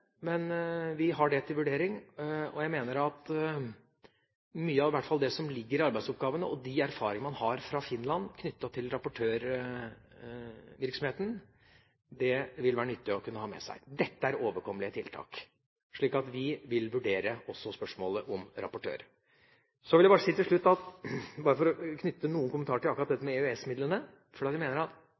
har det til vurdering. Jeg mener at mye av det som ligger i arbeidsoppgavene og de erfaringene man har gjort i Finland knyttet til rapportørvirksomheten, vil være nyttig å kunne ha med seg. Dette er overkommelige tiltak. Så vi vil vurdere også spørsmålet om rapportør. Så vil jeg til slutt knytte noen kommentarer til dette med EØS-midlene: Mange ser på EØS-midlene som noe vi nærmest bare